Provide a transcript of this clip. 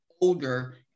older